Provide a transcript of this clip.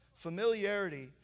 Familiarity